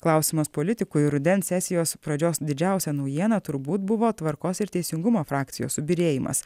klausimas politikui rudens sesijos pradžios didžiausia naujiena turbūt buvo tvarkos ir teisingumo frakcijos subyrėjimas